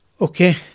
Okay